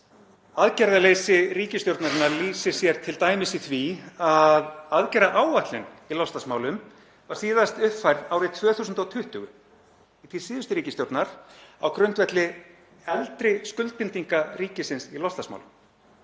Aðgerðaleysi ríkisstjórnarinnar lýsir sér t.d. í því að aðgerðaáætlun í loftslagsmálum var síðast uppfærð árið 2020, í tíð síðustu ríkisstjórnar og á grundvelli eldri skuldbindinga ríkisins í loftslagsmálum.